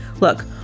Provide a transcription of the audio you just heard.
Look